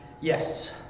Yes